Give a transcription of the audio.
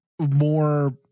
More